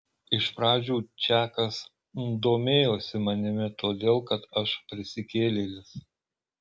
iš pradžių čakas domėjosi manimi todėl kad aš prisikėlėlis